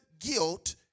guilt